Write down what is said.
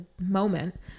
moment